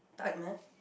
tight man